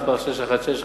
מס' 616,